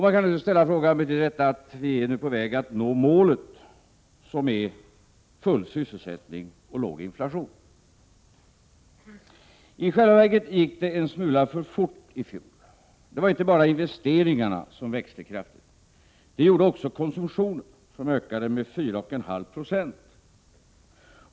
Man kan ställa frågan: Betyder detta att vi nu är på väg att nå målet, som är full sysselsättning och låg inflation? I själva verket gick det en smula för fort i fjol. Det var inte bara investeringarna som växte kraftigt. Det gjorde också konsumtionen, som ökade med 4,5 90.